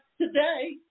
today